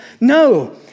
No